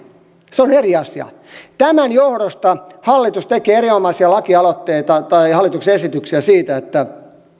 se on eri asia tämän johdosta hallitus tekee erinomaisia lakialoitteita tai hallituksen esityksiä siitä että